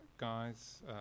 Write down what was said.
guys